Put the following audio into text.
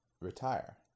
retire